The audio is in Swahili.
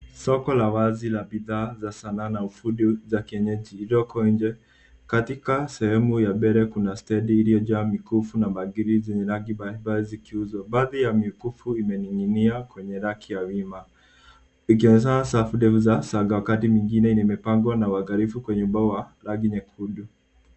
Soko la wazi la bidhaa za sanaa na ufund zilizotengenezwa kwa mkono. Katika sehemu ya mbele kuna meza kubwa yenye nguo za kitamaduni na bangili zinazouzwa, baadhi ya mikufu imening’inia kwenye rafu za wima. Pembeni kuna safu ndefu za saga.